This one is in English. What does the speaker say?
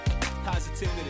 positivity